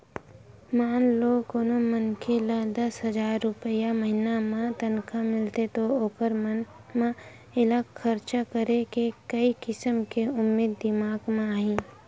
मान लो कोनो मनखे ल दस हजार रूपिया महिना म तनखा मिलथे त ओखर मन म एला खरचा करे के कइ किसम के उदिम दिमाक म आही